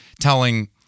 telling